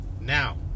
now